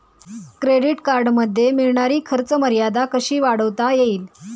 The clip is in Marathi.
क्रेडिट कार्डमध्ये मिळणारी खर्च मर्यादा कशी वाढवता येईल?